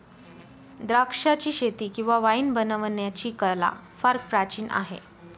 द्राक्षाचीशेती किंवा वाईन बनवण्याची कला फार प्राचीन आहे